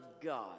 God